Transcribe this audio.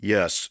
Yes